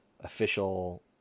official